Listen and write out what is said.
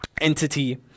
entity